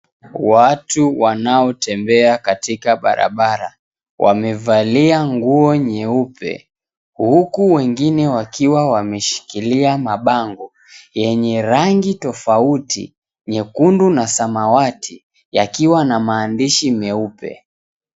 Watu wanaotembea katika barabara huku wamevalia nguo nyeupe huku wengine wakiwa wameshikilia mabango yenye rangi tofauti. Nyekundu na samawati yakiwa na maandishi meupe.